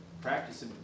practice